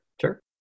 Sure